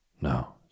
No